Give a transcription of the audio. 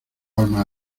alma